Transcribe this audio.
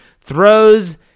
throws